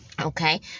Okay